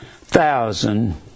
thousand